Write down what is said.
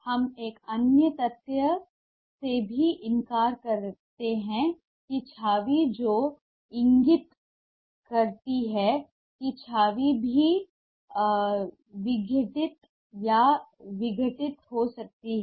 हम एक अन्य तथ्य से भी इनकार करते हैं कि छवि जो इंगित करती है कि छवि भी विघटित या विघटित हो सकती है